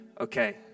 Okay